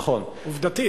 עובדתית.